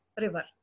river